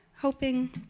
hoping